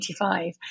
1985